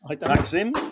Maxim